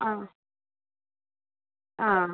ആ ആ